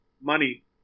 money